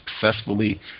successfully